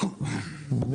אני